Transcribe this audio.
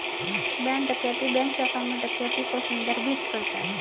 bank डकैती bank शाखा में डकैती को संदर्भित करता है